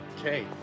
Okay